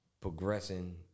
progressing